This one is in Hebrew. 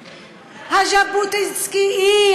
הז'בוטינסקאי,